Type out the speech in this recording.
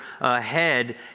ahead